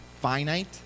finite